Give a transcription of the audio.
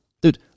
Dude